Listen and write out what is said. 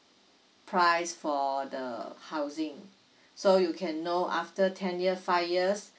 price for the housing so you can know after ten year five years